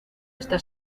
está